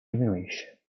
diminuisce